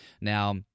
Now